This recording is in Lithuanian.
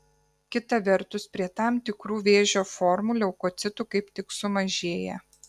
kita vertus prie tam tikrų vėžio formų leukocitų kaip tik sumažėja